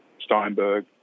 Steinberg